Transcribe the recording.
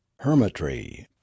hermitry